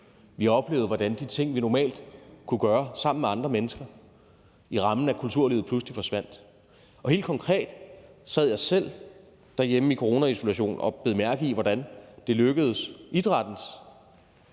Vi oplevede, hvordan de ting, vi normalt kunne gøre sammen med andre mennesker i rammen af kulturlivet, pludselig forsvandt. Helt konkret sad jeg selv derhjemme i coronaisolation og bed mærke i, hvordan det lykkedes idrættens